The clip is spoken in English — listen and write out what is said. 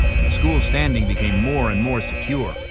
and the school's standing became more and more secure